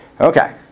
Okay